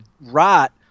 rot